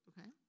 Okay